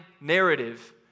narrative